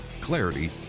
clarity